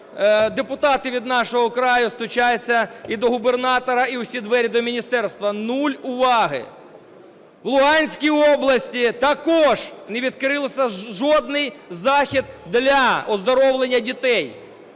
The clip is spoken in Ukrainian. депутати від "Нашого краю" стучатся і до губернатора, і у всі двері до міністерства. Нуль уваги. В Луганській області також не відкрився жодний заклад для оздоровлення дітей